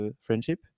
friendship